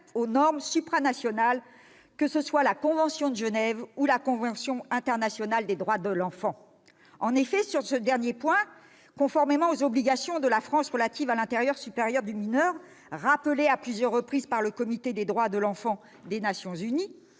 aux normes supranationales, qu'il s'agisse de la convention de Genève ou de la convention internationale des droits de l'enfant. En effet, sur ce dernier point, conformément aux obligations de la France relatives à l'intérêt supérieur des mineurs rappelées à plusieurs reprises par le Comité des droits de l'enfant des Nations unies,